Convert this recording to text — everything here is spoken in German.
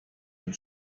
ein